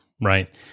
right